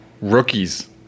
rookies